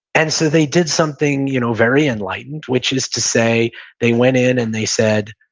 and so they did something you know very enlightened, which is to say they went in, and they said,